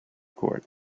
court